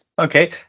Okay